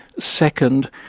second,